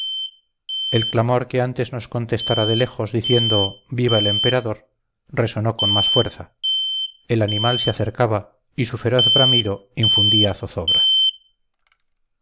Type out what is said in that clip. el clamor que antes nos contestara de lejos diciendo viva el emperador resonó con más fuerza el animal se acercaba y su feroz bramido infundía zozobra